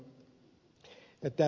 täällä ed